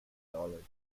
dollars